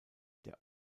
der